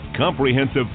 comprehensive